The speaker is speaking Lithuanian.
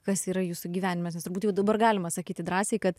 kas yra jūsų gyvenime nes turbūt jau dabar galima sakyti drąsiai kad